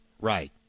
Right